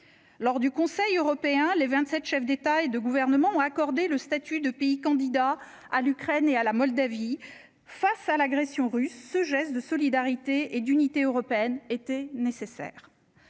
lors du Conseil européen, les 27 chefs d'État et de gouvernement ont accordé le statut de pays candidat à l'Ukraine et à la Moldavie face à l'agression russe, ce geste de solidarité et d'unité européenne était nécessaire.